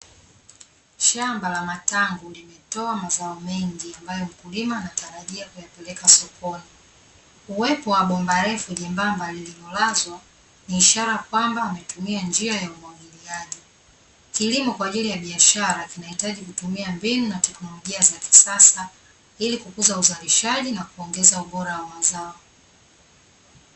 Shamba la matango limetoa mazao mengi, ambayo mkulima anatarajia kuyapeleka sokoni. Kuwepo wa bomba refu jembamba lililolazwa, ni ishara kwamba ametumia njia ya umwagiliaji. Kilimo kwa ajili ya biashara kinahitaji kutumia mbinu na teknolojia za kisasa, ili kukuza uzalishaji na kuongeza ubora wa mazao.